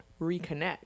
reconnect